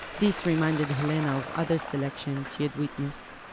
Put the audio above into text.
this reminded helena of other selections she had witnessed,